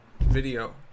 video